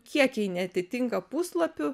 kiekiai neatitinka puslapių